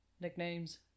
Nicknames